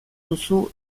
duzu